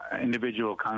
individual